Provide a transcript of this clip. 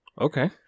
Okay